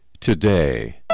today